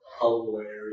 Hilarious